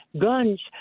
guns